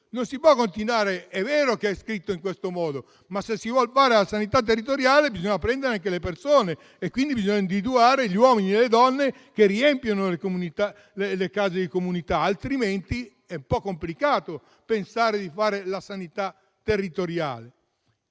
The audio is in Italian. non per il personale. È vero che è scritto in questo modo, ma, se si vuol fare la sanità territoriale, bisogna anche prendere del personale e quindi individuare uomini e donne che riempiano le case di comunità, altrimenti è un po' complicato pensare di fare sanità territoriale.